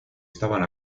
estaban